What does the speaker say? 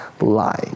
lying